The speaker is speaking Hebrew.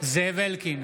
זאב אלקין,